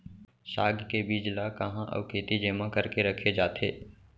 साग के बीज ला कहाँ अऊ केती जेमा करके रखे जाथे?